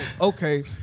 okay